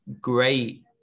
great